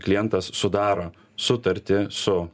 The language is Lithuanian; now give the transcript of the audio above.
klientas sudaro sutartį su